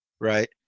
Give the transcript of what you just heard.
right